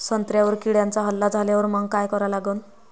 संत्र्यावर किड्यांचा हल्ला झाल्यावर मंग काय करा लागन?